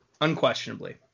Unquestionably